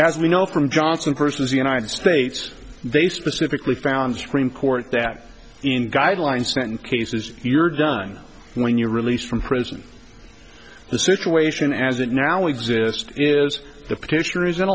as we know from johnson persons united states they specifically found supreme court that in guideline sentence cases you're done when you're released from prison the situation as it now exists is the petitioner is